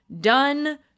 Done